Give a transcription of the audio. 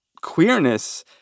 queerness